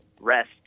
rest